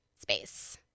space